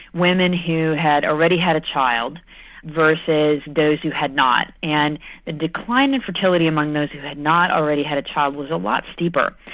women who had already had a child versus those who had not. and the decline in fertility among those who had not already had a child was a lot steeper,